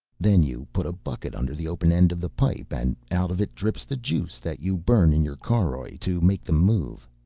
then you put a bucket under the open end of the pipe and out of it drips the juice that you burn in your caroj to make them move.